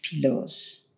pillows